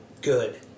good